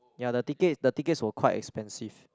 ya the tickets the tickets were quite expensive